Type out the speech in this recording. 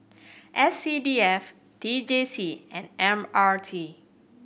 S C D F T J C and M R T